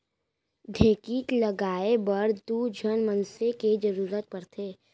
ढेंकीच चलाए बर दू झन मनसे के जरूरत पड़थे